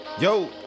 Yo